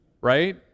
right